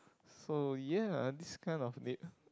so ya these kind of date